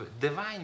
divine